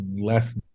less